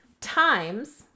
Times